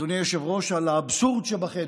אדוני היושב-ראש, על האבסורד שבחדר.